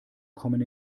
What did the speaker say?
kommen